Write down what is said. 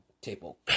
table